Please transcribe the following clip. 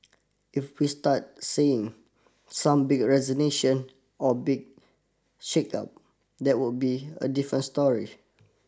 if we start seeing some big resignation or big shake up that would be a different story